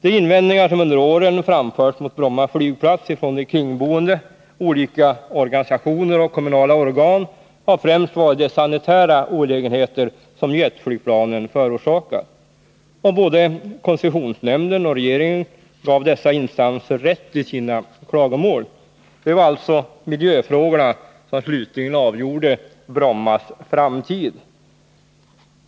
De invändningar som under åren framförts mot Bromma flygplats från de kringboende, från olika organisationer och från kommunala organ har främst gällt de sanitära olägenheter som jetflygplanen förorsakat. Både koncessionsnämnden och regeringen gav de klagande rätt. Det var alltså miljöfrågorna som slutligen avgjorde Brommas framtid.